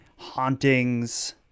hauntings